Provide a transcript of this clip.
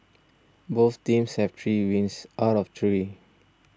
both teams have three wins out of three